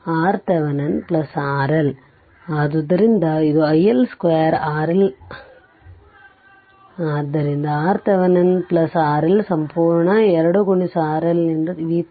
ಆದ್ದರಿಂದ ಇದು iL2 RL ಆದ್ದರಿಂದ RThevenin RL ಸಂಪೂರ್ಣ 2 RL ನಿಂದ VThevenin